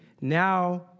Now